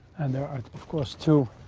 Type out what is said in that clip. and there are of course two